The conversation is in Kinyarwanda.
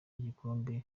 ibikombe